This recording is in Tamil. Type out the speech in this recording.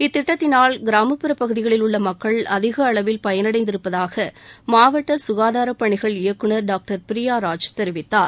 இத்திட்டத்தினால் கிராமப்புறப்பகுதிகளில் உள்ள மக்கள் அதிக அளவில் பயனடைந்திருப்பதாக மாவட்ட சுகாதார பணிகள் இயக்குனர் டாக்டர் பிரியா ராஜ் தெரிவித்தார்